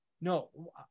No